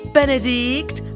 Benedict